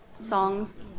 songs